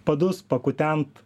padus pakutent